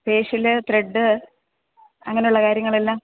facial thread അങ്ങനെ ഉള്ള കാര്യങ്ങളെല്ലാം